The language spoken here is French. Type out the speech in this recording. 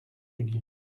julien